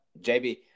JB